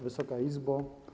Wysoka Izbo!